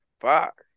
Fuck